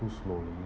too slowly